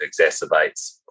exacerbates